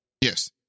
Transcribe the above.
yes